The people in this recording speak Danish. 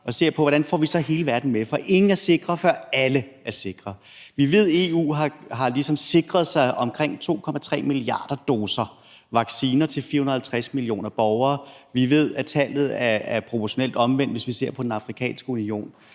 og se på, hvordan vi så får hele verden med, for ingen er sikre, før alle er sikre. Vi ved, at EU har sikret sig omkring 2,3 milliarder doser vacciner til 450 millioner borgere; vi ved, at tallet er proportionelt omvendt, hvis vi ser på Den Afrikanske Union.